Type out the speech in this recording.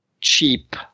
cheap